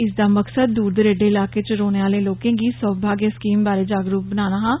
इसदा मकसद दूर दरेडे इलाके च रौह्ने आह्ले लोके गी सौभाग स्कीम बारै जागरूक बनना हा